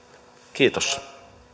kiitos